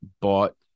bought